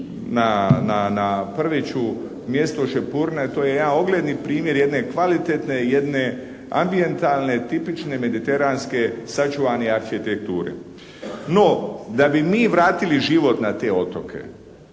na Prviću mjesto Šepurine, to je jedan ogledni primjer jedne kvalitetne i jedne ambijentalne, tipične mediteranske sačuvane arhitekture. No da bi mi vratili život na te otoke